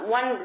One